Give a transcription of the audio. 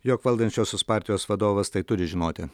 jog valdančiosios partijos vadovas tai turi žinoti